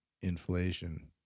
inflation